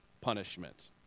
punishment